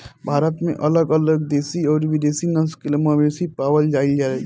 भारत में अलग अलग देशी अउरी विदेशी नस्ल के मवेशी पावल जाइल जाला